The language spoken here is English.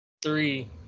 Three